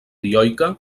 dioica